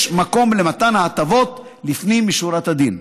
יש מקום למתן ההטבות, לפנים משורת הדין.